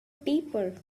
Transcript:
paper